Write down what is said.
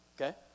Okay